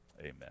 Amen